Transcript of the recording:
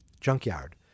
junkyard